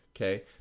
Okay